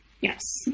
Yes